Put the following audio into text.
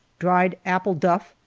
dried apple-duff,